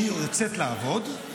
כשהיא יוצאת לעבוד,